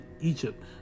Egypt